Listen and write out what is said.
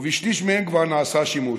ובשליש מהם כבר נעשה שימוש.